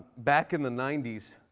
back in the ninety s,